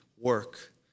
work